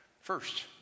First